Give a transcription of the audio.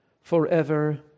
Forever